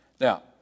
now